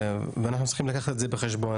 ואנחנו צריכים לקחת את זה בחשבון.